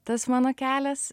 tas mano kelias